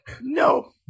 No